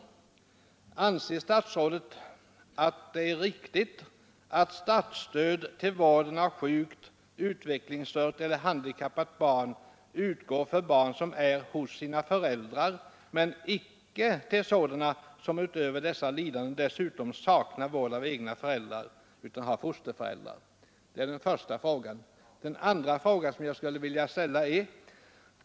Anser statsrådet att det är riktigt att statsstöd till vården av sjukt, utvecklingsstört eller handikappat barn utgår för barn som vistas hos sina föräldrar men inte till sådana barn som utöver sin sjukdom saknar egna föräldrar och därför vårdas av fosterföräldrar? 2.